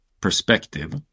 perspective